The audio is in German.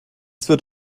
wird